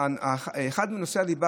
שאחד מנושאי הליבה,